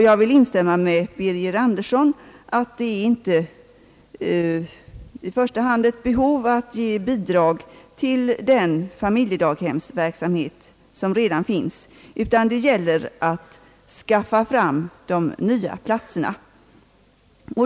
Jag vill instämma med herr Birger Andersson, att det inte i första hand är ett behov att ge bidrag till den familjedaghemsverksamhet, som redan finns, utan det gäller att skaffa fram de nya platserna.